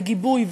וגיבוי,